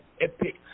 epic